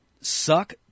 suck